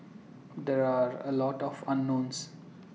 there are A lot of unknowns